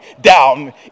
down